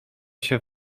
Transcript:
się